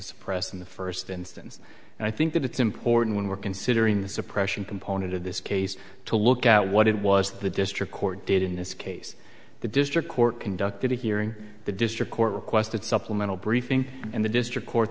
suppress in the first instance and i think that it's important when we're considering the suppression component of this case to look at what it was the district court did in this case the district court conducted here in the district court requested supplemental briefing in the district